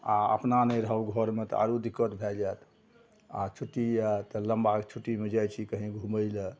आओर अपना नहि रहू घरमे तऽ आओर दिक्कत भए जाएत आओर छुट्टी यऽ तऽ लम्बाके छुट्टीमे जाइ छी कहीँ घुमैलए